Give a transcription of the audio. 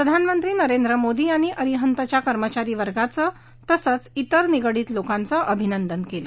प्रधानमंत्री नरेंद्र मोदी यांनी अरिहंतच्या कर्मचारीवर्गाचं तसंच तिर निगडीत लोकांचं अभिनंदन केलं